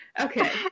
Okay